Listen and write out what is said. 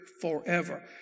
forever